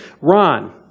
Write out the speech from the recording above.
Ron